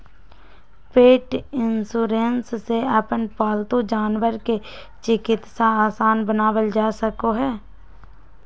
पेट insurance से अपन पालतू जानवर के चिकित्सा आसान बनावल जा सका हई